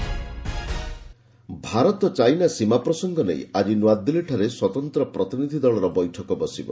India China Bharat China ସୀମା ପ୍ରସଙ୍ଗ ନେଇ ଆଜି ନୂଆଦିଲ୍ଲୀଠାରେ ସ୍ୱତନ୍ତ୍ର ପ୍ରତିନିଧି ଦଳର ବୈଠକ ବସିବ